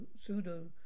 pseudo